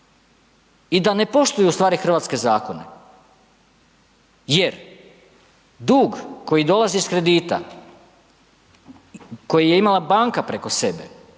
i da ne poštuju ustvari hrvatske zakone jer dug koji dolazi iz kredita, koji je imala banka preko sebe,